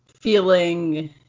feeling